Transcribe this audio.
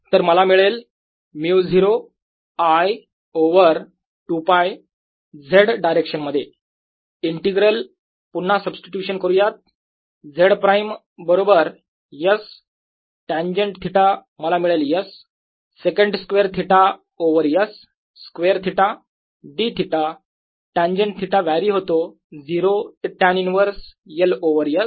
तर मला हे मिळेल μ0 I ओव्हर 2 π Z डायरेक्शन मध्ये इंटिग्रल पुन्हा सब्स्टिट्यूशन करूयात Z प्राईम बरोबर S टेन्जेन्ट थिटा मला मिळेल S secant square theta over S square theta dӨ tangent theta vary होतो 0 ते tan inverse L over S